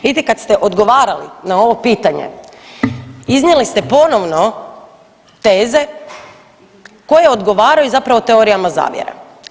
Vidite kad ste odgovarali na ovo pitanje iznijeli ste ponovno teze koje odgovaraju zapravo teorijama zavjere.